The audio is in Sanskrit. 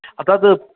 तद्